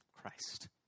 christ